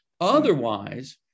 Otherwise